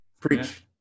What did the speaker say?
Preach